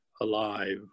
alive